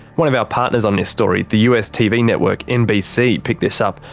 one of our partners on this story, the us tv network nbc, picked this up,